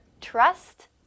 trust